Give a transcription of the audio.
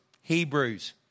Hebrews